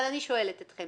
אני שואלת אתכם